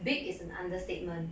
big is an understatement